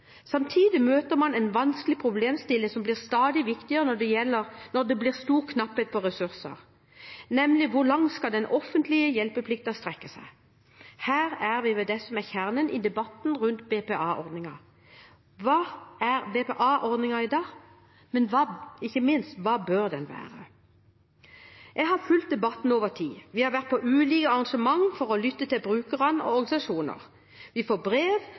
Samtidig møter man en vanskelig problemstilling, som blir stadig viktigere når det blir stor knapphet på ressurser, nemlig hvor langt den offentlige hjelpeplikten skal strekke seg. Her er vi ved det som er kjernen i debatten rundt BPA-ordningen: Hva er BPA-ordningen i dag? Men ikke minst: Hva bør den være? Jeg har fulgt debatten over tid. Vi har vært på ulike arrangementer for å lytte til brukerne og organisasjoner. Vi får brev